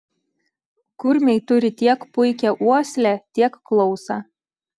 kurmiai turi tiek puikią uoslę tiek klausą